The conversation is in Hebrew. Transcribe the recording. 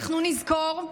אנחנו נזכור,